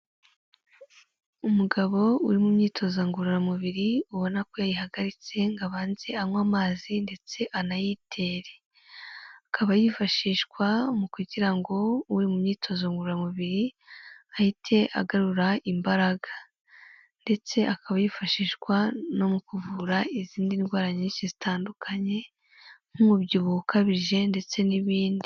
Umugabo uri mu myitozo ngororamubiri ubona ko yayihagaritse ngo abanze anywe amazi ndetse anayitere, akaba yifashishwa mu kugira ngo uri myitozo ngororamubiri ahite agarura imbaraga, ndetse akaba yifashishwa no mu kuvura izindi ndwara nyinshi zitandukanye nk'umubyibuho ukabije ndetse n'ibindi.